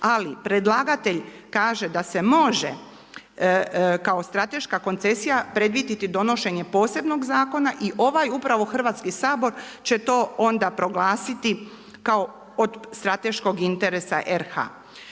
Ali predlagatelj kaže da se može kao strateška koncesija predvidjeti donošenje posebnog zakona i ovaj upravo Hrvatski sabor će to onda proglasiti kao od strateškog interesa RH.